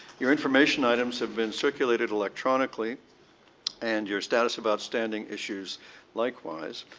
your information items have been circulated electronically and your status of outstanding issues likewise.